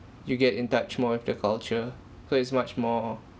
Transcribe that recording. you get in touch more with the culture so it's much more